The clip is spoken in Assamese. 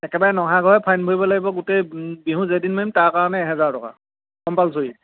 একেবাৰে নহা ঘৰে ফাইন ভৰি লাগিব গোটেই বিহু যেইদিন মাৰিম তাৰ কাৰণে এহেজাৰ টকা কম্পালচৰী